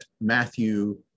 Matthew